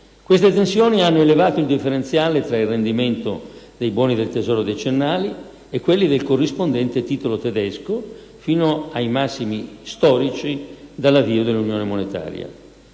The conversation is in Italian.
Queste tensioni hanno elevato il differenziale tra il rendimento dei buoni del tesoro decennali e quelli del corrispondente titolo tedesco fino ai massimi storici dall'avvio dell'unione monetaria,